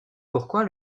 pourquoi